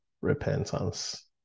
repentance